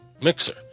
mixer